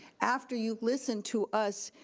after you listen to us,